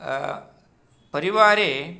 परिवारे